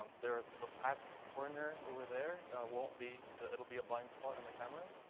there a back burner over there won't be it'll be a blind spot in the cameras.